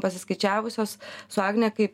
pasiskaičiavusios su agne kai